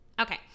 Okay